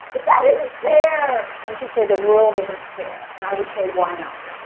but that isn't fair. and she's say, the world isn't fair. and i would say, why not?